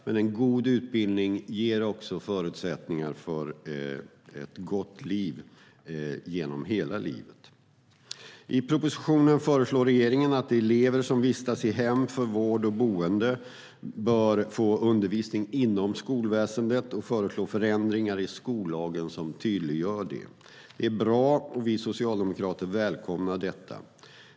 Men en god utbildning ger också förutsättningar för ett gott liv genom hela livet. I propositionen föreslår regeringen att elever som vistas i hem för vård och boende bör få undervisning inom skolväsendet, och man föreslår förändringar i skollagen som tydliggör det. Det är bra, och vi socialdemokrater välkomnar detta.